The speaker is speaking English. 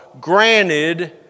granted